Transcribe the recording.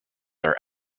are